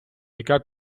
яка